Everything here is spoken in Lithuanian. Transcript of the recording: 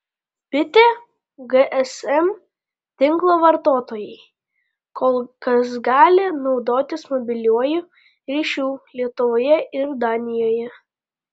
bitė gsm tinklo vartotojai kol kas gali naudotis mobiliuoju ryšiu lietuvoje ir danijoje